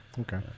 Okay